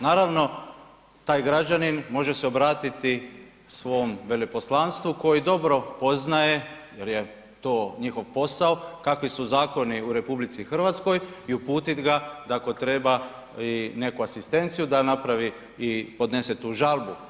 Naravno, taj građanin može se obratiti svom veleposlanstvu koje dobro poznaje jer to njihov posao, kakvi su zakoni u RH i uputiti ga da ako treba i neku asistenciju da napravi i podnese tu žalbu.